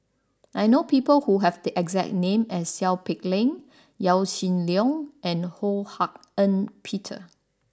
I know people who have the exact name as Seow Peck Leng Yaw Shin Leong and Ho Hak Ean Peter